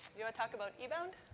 you know to talk about ebound?